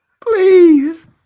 Please